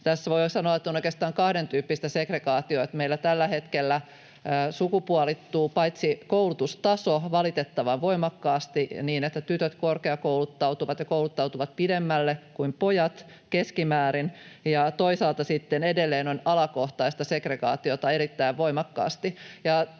Tässä voi jo sanoa, että on oikeastaan kahdentyyppistä segregaatiota: meillä tällä hetkellä sukupuolittuu paitsi koulutustaso valitettavan voimakkaasti niin, että tytöt korkeakouluttautuvat ja kouluttautuvat pidemmälle kuin pojat keskimäärin, ja toisaalta sitten edelleen on alakohtaista segregaatiota erittäin voimakkaasti.